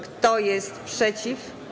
Kto jest przeciw?